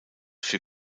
für